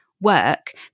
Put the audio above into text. work